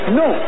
no